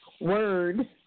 word